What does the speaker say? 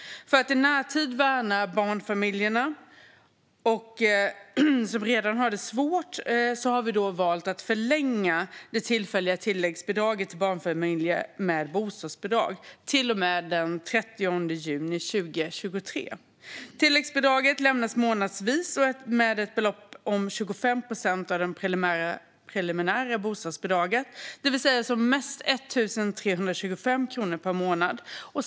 För att i närtid värna barnfamiljerna som redan har det svårt har vi valt att förlänga det tillfälliga tilläggsbidraget till barnfamiljer med bostadsbidrag till och med den 30 juni 2023. Tilläggsbidraget lämnas månadsvis med ett belopp om 25 procent av det preliminära bostadsbidraget, det vill säga som mest 1 325 kronor per månad.